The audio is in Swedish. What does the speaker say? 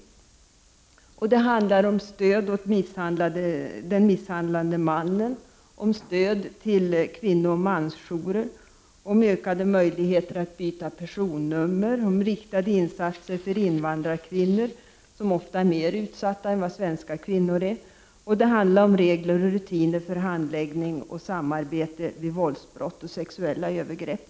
Det handlar om stöd till den misshandlande mannen, om stöd till kvinnooch mansjourer, om ökade möjligheter att byta personnummer, om riktade insatser för invandrarkvinnor, som ofta är mer utsatta än svenska kvinnor, och det handlar om regler och rutiner för handläggning och samarbete vid våldsbrott och sexuella övergrepp.